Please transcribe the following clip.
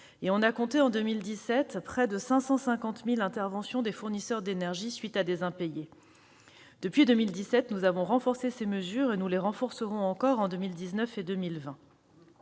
On a dénombré, en 2017, près de 550 000 interventions des fournisseurs d'énergie à la suite d'impayés. Depuis 2017, nous avons renforcé ces mesures. Nous les renforcerons encore en 2019 et en 2020.